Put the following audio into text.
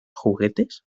juguetes